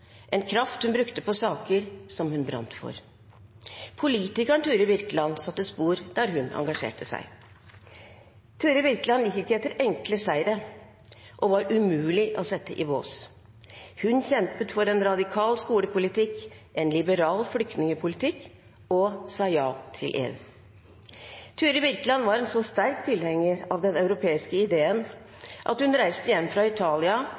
en enorm kraft, en kraft hun brukte på saker hun brant for. Politikeren Turid Birkeland satte spor der hun engasjerte seg. Turid Birkeland gikk ikke etter enkle seire og var umulig å sette i bås. Hun kjempet for en radikal skolepolitikk, en liberal flyktningpolitikk og sa ja til EU. Turid Birkeland var en så sterk tilhenger av den europeiske ideen at hun reiste hjem fra Italia,